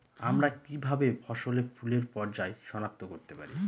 আমরা কিভাবে ফসলে ফুলের পর্যায় সনাক্ত করতে পারি?